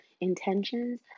intentions